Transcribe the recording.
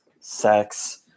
sex